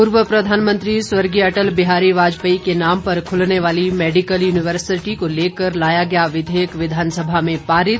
पूर्व प्रधानमंत्री स्वर्गीय अटल बिहारी वाजपेयी के नाम पर खुलने वाली मैडिकल यूनिवर्सिटी को लेकर लाया गया विधेयक विधानसभा में पारित